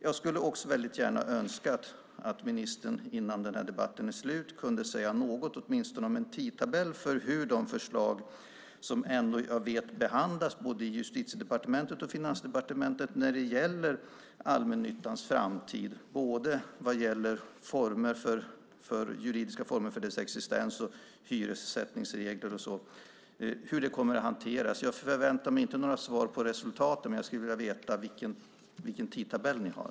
Jag skulle också önska att ministern innan denna debatt är slut skulle kunna säga åtminstone något om en tidtabell för de förslag som jag ändå vet behandlas både i Justitiedepartementet och i Finansdepartementet när det gäller allmännyttans framtid, både vad gäller juridiska former för dess existens och hyressättningsregler och hur det kommer att hanteras. Jag förväntar mig inte några svar angående resultaten, men jag skulle vilja veta vilken tidtabell ni har.